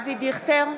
אבי דיכטר,